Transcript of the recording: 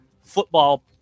football